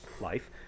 life